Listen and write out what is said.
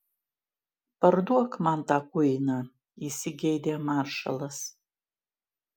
parduok man tą kuiną įsigeidė maršalas